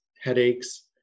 headaches